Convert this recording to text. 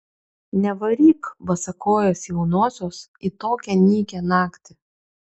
nevaryk basakojės jaunosios į tokią nykią naktį